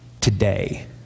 today